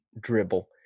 dribble